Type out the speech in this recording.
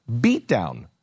beatdown